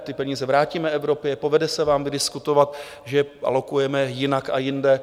Ty peníze vrátíme Evropě, povede se vám vydiskutovat, že alokujeme jinak a jinde?